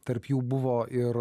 tarp jų buvo ir